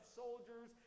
soldiers